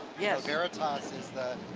yeah veritas is the